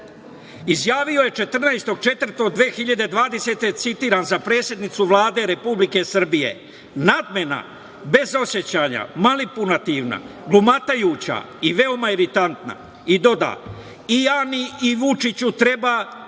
Izjavio je 14.4.2020. godine, citiram, za predsednicu Vlade Republike Srbije: „nadmena, bezosećajna, manipulativna, glumatajuća i veoma iritantna“ i dodao: „i Ani i Vučiću treba